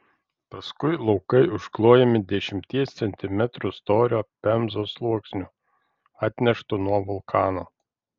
paskui laukai užklojami dešimties centimetrų storio pemzos sluoksniu atneštu nuo vulkano